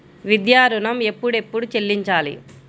విద్యా ఋణం ఎప్పుడెప్పుడు చెల్లించాలి?